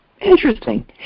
Interesting